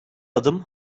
adım